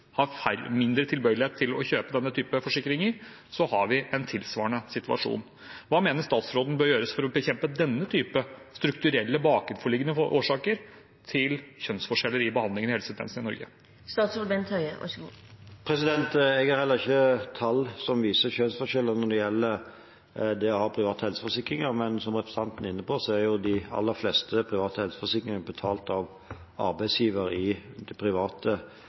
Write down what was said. har mindre tilbøyelighet til å kjøpe denne typen forsikringer, har vi en tilsvarende situasjon. Hva mener statsråden bør gjøres for å bekjempe denne type strukturelle bakenforliggende årsaker til kjønnsforskjeller i behandlingen i helsetjenesten i Norge? Jeg har heller ikke tall som viser kjønnsforskjeller når det gjelder det å ha private helseforsikringer. Men som representanten er inne på, er jo de aller fleste private helseforsikringer betalt av arbeidsgiver i det private